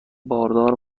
باردار